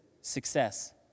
success